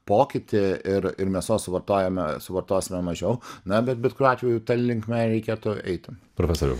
pokytį ir ir mėsos suvartojame suvartosime mažiau na bet bet kuriuo atveju ta linkme reikėtų eiti profesoriau